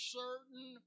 certain